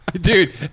Dude